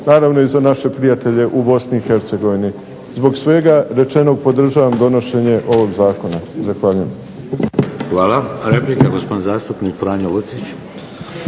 naravno i za naše prijatelje u BiH. Zbog svega rečeno podržavam donošenje ovog zakona. Zahvaljujem. **Šeks, Vladimir (HDZ)** Hvala. Replika, gospodin zastupnik Franjo Lucić.